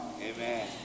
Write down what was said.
Amen